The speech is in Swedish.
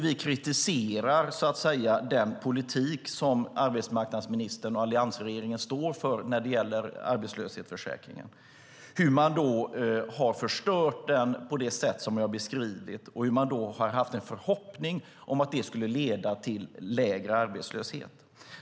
Vi kritiserar den politik som arbetsmarknadsministern och alliansregeringen står för när det gäller arbetslöshetsförsäkringen, hur man förstört den på det sätt som jag beskrivit och hur man haft en förhoppning om att det skulle leda till lägre arbetslöshet.